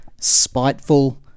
spiteful